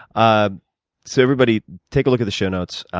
ah so everybody take a look at the show notes.